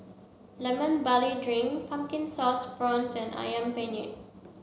Lemon Barley Drink Pumpkin Sauce Prawns and Ayam Penyet